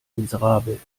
miserabel